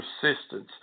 persistence